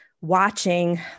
watching